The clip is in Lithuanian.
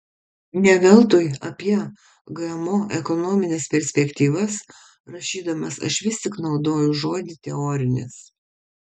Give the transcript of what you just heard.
ne veltui apie gmo ekonomines perspektyvas rašydamas aš vis tik naudoju žodį teorinės